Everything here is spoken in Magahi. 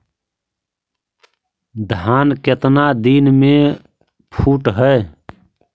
धान केतना दिन में फुट है?